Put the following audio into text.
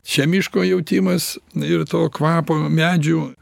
čia miško jautimas ir to kvapo medžių